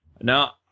Now